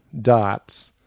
dots